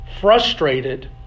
Frustrated